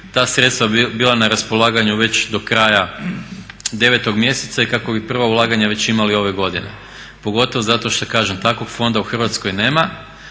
ta sredstva bila na raspolaganju već do kraja 9. mjeseca i kako bi prva ulaganja već imali ove godine. Pogotovo zato što kažem takvog fonda u Hrvatskoj nema,